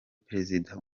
perezida